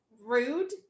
rude